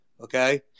Okay